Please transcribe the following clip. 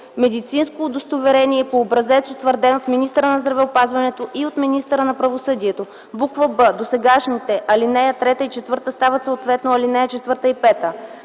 „Медицинско удостоверение” по образец, утвърден от министъра на здравеопазването и от министъра на правосъдието.”; б) досегашните ал. 3 и 4 стават съответно ал. 4 и 5.